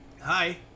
hi